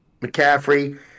McCaffrey